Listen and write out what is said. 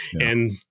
And-